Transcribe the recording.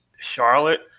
Charlotte